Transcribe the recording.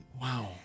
Wow